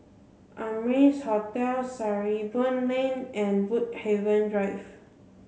Amrise Hotel Sarimbun Lane and Woodhaven Drive